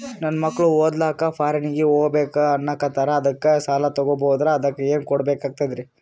ನನ್ನ ಮಕ್ಕಳು ಓದ್ಲಕ್ಕ ಫಾರಿನ್ನಿಗೆ ಹೋಗ್ಬಕ ಅನ್ನಕತ್ತರ, ಅದಕ್ಕ ಸಾಲ ತೊಗೊಬಕಂದ್ರ ಅದಕ್ಕ ಏನ್ ಕೊಡಬೇಕಾಗ್ತದ್ರಿ?